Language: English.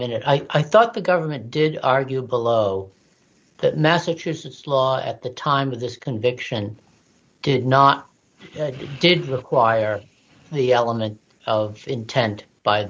minute i thought the government did argue below that massachusetts law at the time of this conviction did not did require the element of intent by